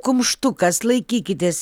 kumštukas laikykitės